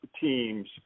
teams